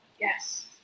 Yes